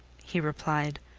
he replied,